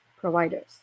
providers